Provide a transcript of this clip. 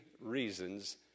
reasons